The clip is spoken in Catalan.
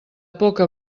poca